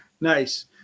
Nice